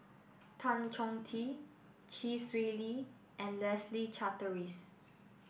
Tan Chong Tee Chee Swee Lee and Leslie Charteris